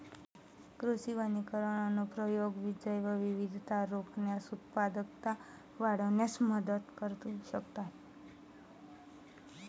कृषी वनीकरण अनुप्रयोग जैवविविधता राखण्यास, उत्पादकता वाढविण्यात मदत करू शकतात